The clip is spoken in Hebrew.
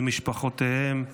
למשפחותיהם,